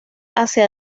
hacia